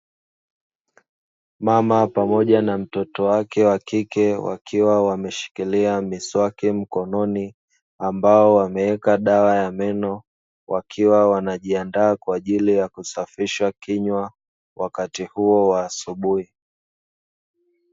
Mama pamoja na mtoto wake wa kike wakiwa wameshikilia miswaki mikononi, ambao wameweka dawa ya meno wakiwa wanajiandaa kwa ajili ya kusafisha kinywa wakati huu wa asubuhi.